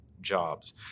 jobs